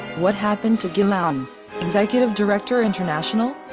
what happened to guillaume executive director international?